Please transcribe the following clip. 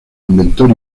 inventor